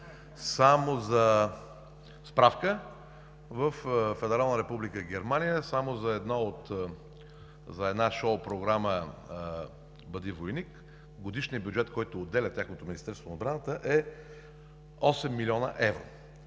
За справка – във Федерална република Германия само за една шоупрограма „Бъди войник“, годишният бюджет, който отделя тяхното министерство на отбраната, е 8 млн. евро.